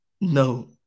No